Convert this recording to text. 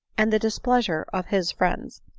and the displeasure of his friends.